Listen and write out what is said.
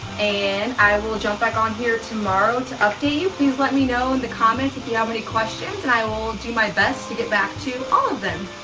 and i will jump back on here tomorrow to update you. please let me know in the comments if you have any questions and i will do my best to get back to all of them.